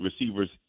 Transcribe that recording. receivers